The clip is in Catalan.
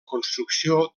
construcció